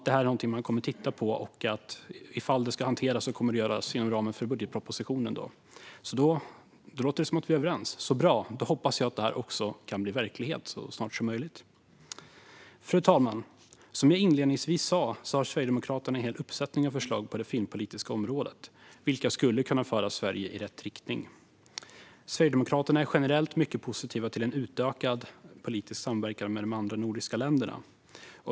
Det är något man kommer att titta på. Ifall det ska hanteras kommer det att göras inom ramen för budgetpropositionen. Det låter som att vi är överens. Så bra. Då hoppas jag att det kan bli verklighet så snart som möjligt. Frågor om konst-arterna och film Fru talman! Som jag inledningsvis sa har Sverigedemokraterna en hel uppsättning av förslag på det filmpolitiska området, vilka skulle kunna föra Sverige i rätt riktning. Sverigedemokraterna är generellt mycket positiva till en utökad politisk samverkan med de andra nordiska länderna.